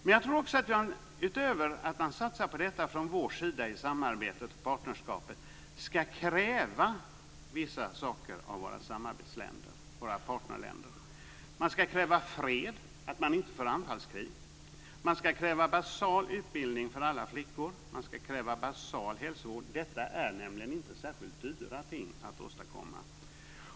Utöver att vi från vår sida satsar på detta i samarbetet och partnerskapet tror jag också att vi ska kräva vissa saker av våra samarbetsländer, våra partnerländer. Vi ska kräva fred - att man inte för anfallskrig. Vi ska kräva basal utbildning för alla flickor och basal hälsovård. Detta är nämligen inte särskilt dyra ting att åstadkomma.